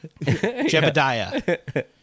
Jebediah